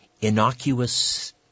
innocuous